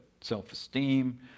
self-esteem